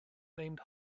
named